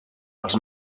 els